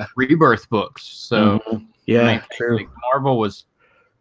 ah rebirth books so yeah ain't clearly marvel was